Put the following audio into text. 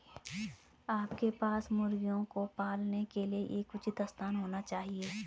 आपके पास मुर्गियों को पालने के लिए एक उचित स्थान होना चाहिए